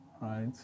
right